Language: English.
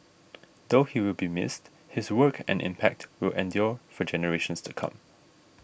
though he will be missed his work and impact will endure for generations to come